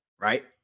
right